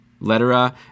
lettera